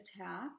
attack